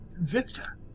Victor